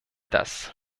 das